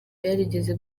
yarigeze